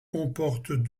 comporte